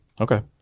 Okay